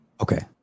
Okay